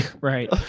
Right